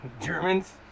Germans